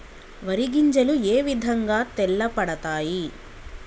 వరి గింజలు ఏ విధంగా తెల్ల పడతాయి?